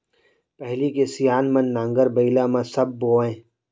पहिली के सियान मन नांगर बइला म सब बोवयँ